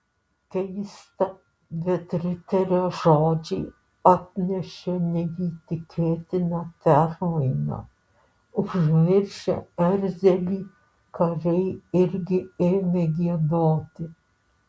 keista bet riterio žodžiai atnešė neįtikėtiną permainą užmiršę erzelį kariai irgi ėmė giedoti